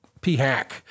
p-hack